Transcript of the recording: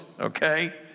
Okay